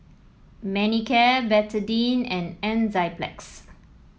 Manicare Betadine and Enzyplex